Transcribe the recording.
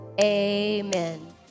Amen